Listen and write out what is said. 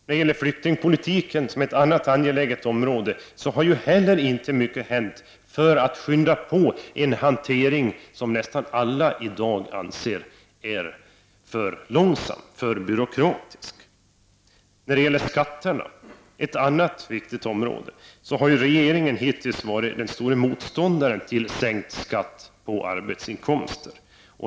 När det gäller flyktingpolitiken, som är ett annat angeläget område, har heller inte mycket hänt för att skynda på en hantering som nästan alla i dag anser är för långsam och byråkratisk. När det gäller skatterna, ett annat viktigt område, har regeringen hittills varit den stora motståndaren till sänkt skatt på arbetsinkomster.